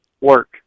work